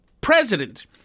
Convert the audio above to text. president